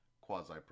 quasi